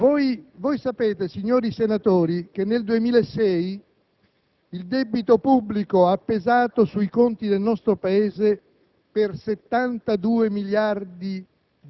Voi sapete, signori senatori, che nel 2006